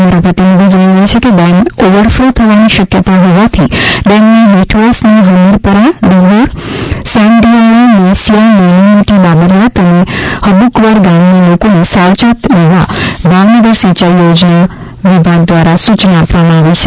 અમારા પ્રતિનિધિ જણાવે છે કે ડેમ ઓવરફલો થવાની શક્યતા હોવાથી ડેમના હેઠવાસના હમીરપરા દિહોર સામઢિયાળા નેસિયા નાની મોટી બાબરીયાત અને હબ્રકવડ ગામના લોકોને સાવચેત રહેવા ભાવનગર સિંચાઇ યોજના વિભાગ દ્વારા સ્રચના આપવામાં આવી છે